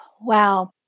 Wow